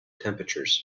temperatures